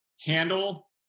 handle